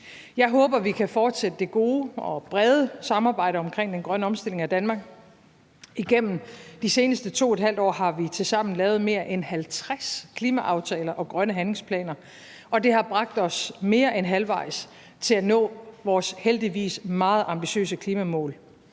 Jeg håber, at vi kan fortsætte det gode og brede samarbejde omkring den grønne omstilling af Danmark. Igennem de seneste 2½ år har vi tilsammen lavet mere end 50 klimaaftaler og grønne handlingsplaner, og det har bragt os mere end halvvejs til at nå vores heldigvis meget ambitiøse klimamål,